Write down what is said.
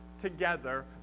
together